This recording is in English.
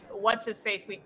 What's-his-face